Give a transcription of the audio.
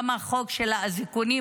גם חוק האזיקונים.